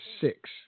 six